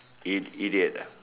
i~ idiot ah